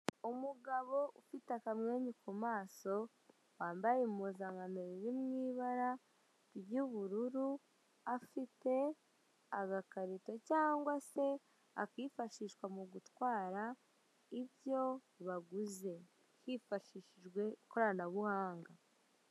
Umugabo ufite akamwebye ku maso wambaye impuzankano iri mu ibara ry'ubururu afite agakarito cyangwa se akifashishwa mu gutwara ibyo baguze hifashishijwe ikoranabuhanga.